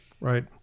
right